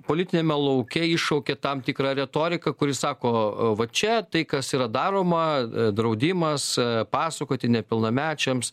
politiniame lauke iššaukė tam tikrą retoriką kuri sako va čia tai kas yra daroma draudimas pasakoti nepilnamečiams